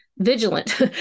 Vigilant